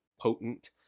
potent